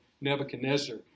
Nebuchadnezzar